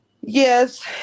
yes